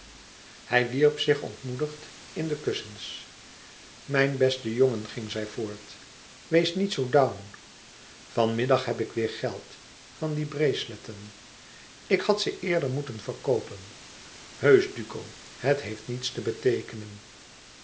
hij wierp zich ontmoedigd in de kussens mijn beste jongen ging zij voort wees niet zoo down van middag heb ik weêr geld van die braceletten ik had ze eerder moeten verkoopen heusch duco het heeft niets te beteekenen